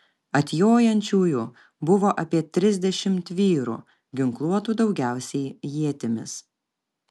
atjojančiųjų buvo apie trisdešimt vyrų ginkluotų daugiausiai ietimis